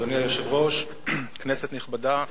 אדוני היושב-ראש, כנסת נכבדה,